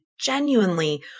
genuinely